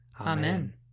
Amen